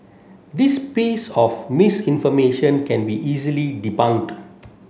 this piece of misinformation can be easily debunked